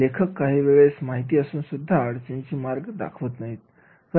लेखक काहीवेळेस माहिती असूनसुद्धा अडचणींचे मार्ग दाखवत नाहीत